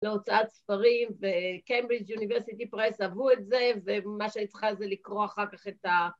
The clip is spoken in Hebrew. להוצאת ספרים, וקיימבריג' אוניברסיטי פרס עבור את זה ומה שאני צריכה זה לקרוא אחר כך את ה...